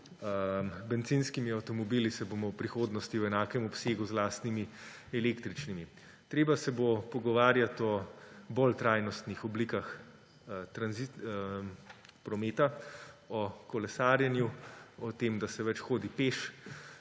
bencinskimi avtomobili, se bomo v prihodnosti v enakem obsegu z lastnimi električnimi. Treba se bo pogovarjati o bolj trajnostnih oblikah prometa: o kolesarjenju, o tem, da se več hodi peš;